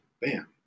Bam